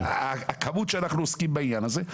הכמות שאנחנו עוסקים בעניין הזה,